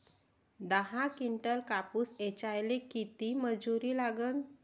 दहा किंटल कापूस ऐचायले किती मजूरी लागन?